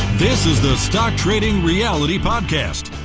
this is the stock trading reality podcast,